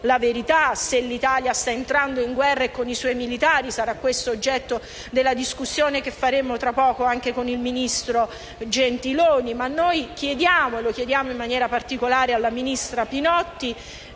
sapere se l'Italia sta entrando in guerra con i suoi militari; sarà questo l'oggetto della discussione che faremo tra poco con il ministro Gentiloni. Ma noi chiediamo, in maniera particolare alla ministra Pinotti,